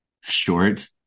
short